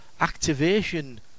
activation